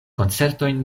koncertojn